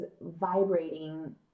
vibrating